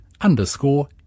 underscore